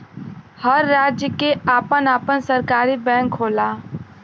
हर राज्य के आपन आपन सरकारी बैंक होला